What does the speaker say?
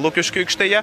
lukiškių aikštėje